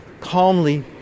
calmly